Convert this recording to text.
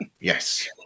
Yes